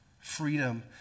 Freedom